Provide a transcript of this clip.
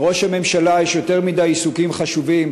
לראש הממשלה יש יותר מדי עיסוקים חשובים